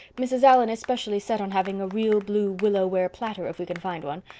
mrs. allan is specially set on having a real blue willow ware platter if we can find one.